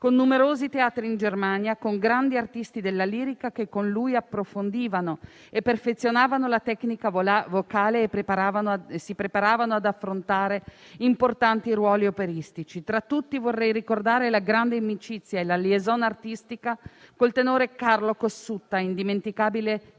con numerosi teatri in Germania e con grandi artisti della lirica che con lui approfondivano e perfezionavano la tecnica vocale e si preparavano ad affrontare importanti ruoli operistici. Tra tutti, vorrei ricordare la grande amicizia e la *liaison* artistica col tenore Carlo Cossutta, indimenticabile interprete